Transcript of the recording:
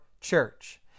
church